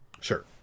Sure